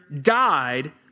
died